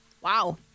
Wow